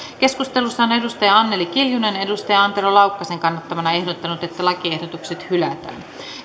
keskustelussa on anneli kiljunen antero laukkasen kannattamana ehdottanut että lakiehdotukset hylätään